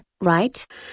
Right